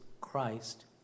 Christ